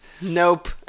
nope